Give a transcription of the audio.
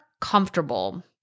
comfortable